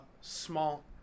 Small